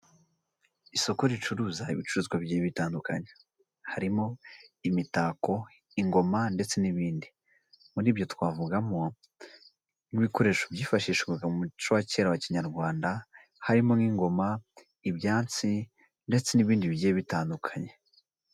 Isoko ricuruza ibicuruzwa bigiye bitandukanye, harimo imitako, ingoma ndetse n'ibindi, muri byo twavugamo nk'ibikoresho byifashishwaga mu muco wa kera wa kinyarwanda harimo n'ingoma ibyansi ndetse n'ibindi bigiye bitandukanye.